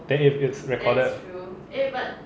then if it's recorded